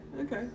Okay